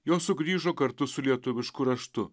jos sugrįžo kartu su lietuvišku raštu